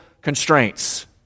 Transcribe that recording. constraints